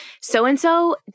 so-and-so